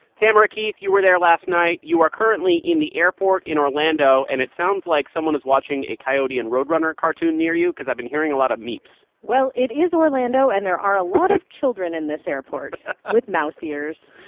tamara keith, you were there last night. you are currently in the airport in orlando. and it sounds like someone is watching a coyote and roadrunner cartoon near you cause i've been hearing a lot of meeps well, it is orlando, and there are a lot of children in this airport with mouse ears